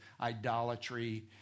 idolatry